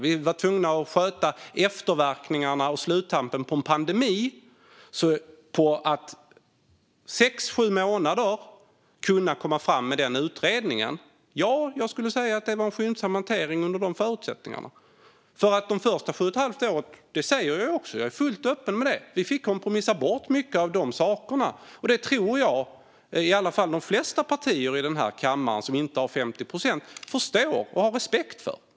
Vi var tvungna att sköta sluttampen och efterverkningarna av en pandemi. Att på sex sju månader komma fram med den utredningen skulle jag alltså säga var en skyndsam hantering under de förutsättningarna. De första sju och ett halvt åren fick vi ju - det är jag helt öppen med - kompromissa bort mycket. Jag tror att de flesta partier i denna kammare som inte har 50 procent förstår och har respekt för detta.